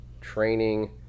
training